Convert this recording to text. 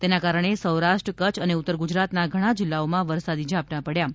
તેના કારણે સૌરાષ્ટ્ર કચ્છ અને ઉત્તર ગુજરાતના ધણા જિલ્લાઓમાં વરસાદી ઝાપટાં પડ્યાં છે